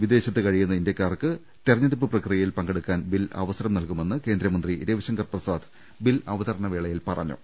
വിദേശത്ത് കഴിയുന്ന ഇന്തൃക്കാർക്ക് തെരഞ്ഞെടുപ്പ് പ്രക്രിയ യിൽ പങ്കെടുക്കാൻ ബിൽ അവസരം നൽകുമെന്ന് കേന്ദ്രമന്ത്രി രവി ശങ്കർ പ്രസാദ് ബിൽ അവതരണ വേളയിൽ പറഞ്ഞു